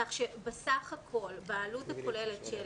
כך שבסך הכול, בעלות הכוללת של